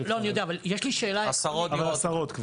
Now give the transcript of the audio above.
עשרות דירות.